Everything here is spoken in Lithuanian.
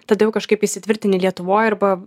tada jau kažkaip įsitvirtini lietuvoj arba